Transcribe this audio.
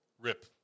rip